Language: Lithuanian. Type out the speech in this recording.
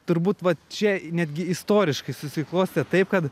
turbūt vat čia netgi istoriškai susiklostė taip kad